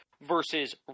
Versus